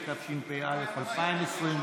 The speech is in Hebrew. התשפ"א 2021,